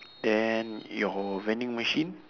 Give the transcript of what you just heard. then your vending machine